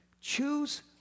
choose